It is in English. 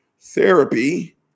therapy